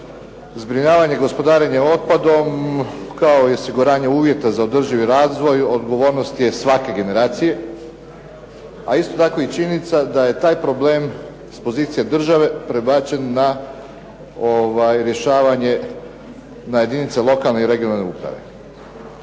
zbrinjavanje gospodarenja otpadom kao i osiguranje uvjeta za održivi razvoj odgovornost je svake generacije, a isto tako i činjenica da je taj problem s pozicije države prebačen na rješavanje na jedinice lokalne i regionalne uprave.